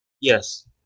Yes